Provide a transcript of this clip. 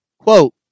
quote